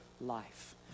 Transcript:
life